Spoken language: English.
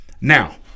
now